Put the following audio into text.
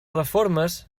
reformes